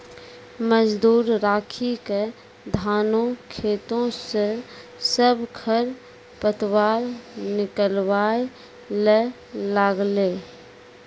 मजदूर राखी क धानों खेतों स सब खर पतवार निकलवाय ल लागलै